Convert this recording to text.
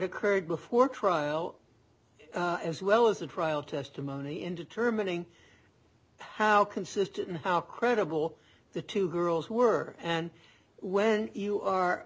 occurred before trial as well as the trial testimony in determining how consistent how credible the two girls were and when you are